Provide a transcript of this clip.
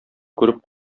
күреп